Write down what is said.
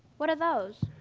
what are those?